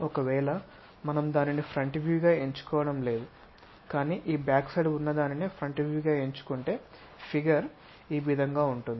ఒకవేళ మనం దానిని ఫ్రంట్ వ్యూ గా ఎంచుకోవడం లేదు కానీ ఈ బ్యాక్ సైడ్ ఉన్నదాన్ని ఫ్రంట్ వ్యూ గా ఎంచుకుంటే ఫిగర్ ఈ విధంగా ఉంటుంది